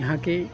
یہاں کے